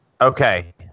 Okay